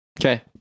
Okay